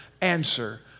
answer